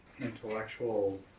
intellectual